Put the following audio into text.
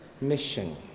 mission